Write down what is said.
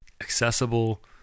Accessible